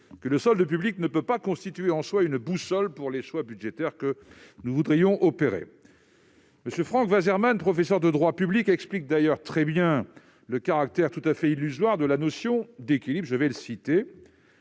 que le solde public ne peut constituer, en soi, une boussole pour les choix budgétaires que nous voudrions opérer. M. Franck Waserman, professeur de droit public, explique d'ailleurs très bien le caractère tout à fait illusoire de la notion d'équilibre :« L'équilibre